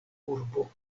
urbo